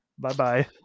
Bye-bye